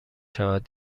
شود